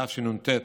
בתשנ"ט,